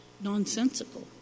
nonsensical